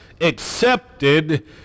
accepted